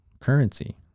currency